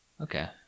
Okay